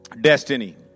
destiny